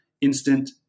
instant